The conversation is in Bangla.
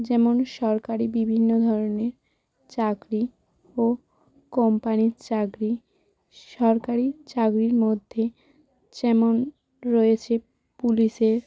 যেমন সরকারি বিভিন্ন ধরনের চাকরি ও কোম্পানির চাকরি সরকারি চাকরির মধ্যেই যেমন রয়েছে পুলিশে